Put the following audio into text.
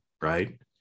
right